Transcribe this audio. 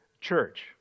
Church